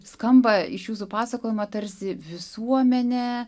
skamba iš jūsų pasakojimo tarsi visuomenė